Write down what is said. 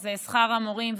שזה שכר המורים,